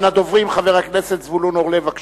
חבר הכנסת זבולון אורלב, בבקשה,